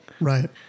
Right